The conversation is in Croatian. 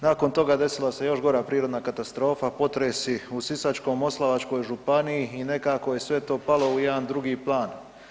Nakon toga, desila se još gora prirodna katastrofa, potresi u Sisačko-moslavačkoj županiji i nekako je sve to palo u jedan drugi plan.